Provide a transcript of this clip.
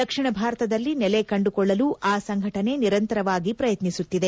ದಕ್ಷಿಣ ಭಾರತದಲ್ಲಿ ನೆಲೆ ಕಂಡುಕೊಳ್ಳಲು ಆ ಸಂಘಟನೆ ನಿರಂತರವಾಗಿ ಪ್ರಯುತ್ನಿಸುತ್ತಿದೆ